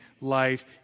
life